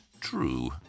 true